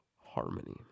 harmony